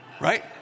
Right